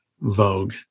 vogue